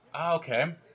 Okay